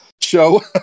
show